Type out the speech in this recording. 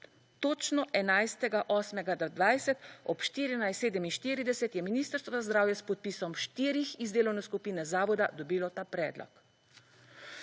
Točno 11. 8. 2020 ob 14.47 je Ministrstvo za zdravje, s podpisom štirih iz delovne skupine zavoda dobilo ta predlog.